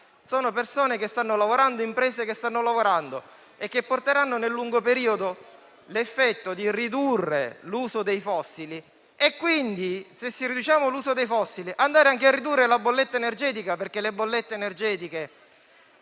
sono persone occupate, imprese che stanno lavorando e che porteranno nel lungo periodo l'effetto di ridurre l'uso dei fossili, e se riduciamo l'uso dei fossili, ridurremo anche la bolletta energetica perché le bollette energetiche